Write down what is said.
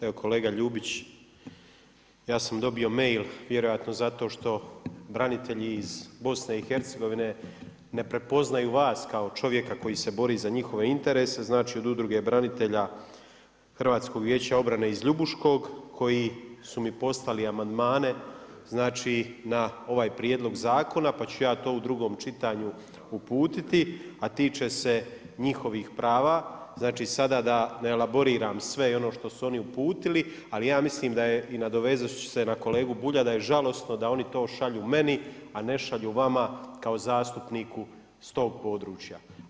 Evo kolega Ljubić, ja sam dobio mail, vjerojatno zato što branitelji iz BiH-a ne prepoznaju vas koji čovjeka koji se bori za njihove interese, znači od Udruge branitelja HVO-a iz Ljubuškog, koji su mi poslali amandmane, znači na ovaj prijedlog zakona pa ću ja to u drugom čitanju uputiti, a tiče se njihovih prava, znači sada ne elaboriram sve i ono što su oni uputili, ali ja mislim da je, i nadovezat ću se na kolegu Bulja, da je žalosno da oni to šalju meni a ne šalju vama kao zastupniku s tog područja.